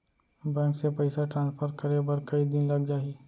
Bank से पइसा transfer करे बर कई दिन लग जाही?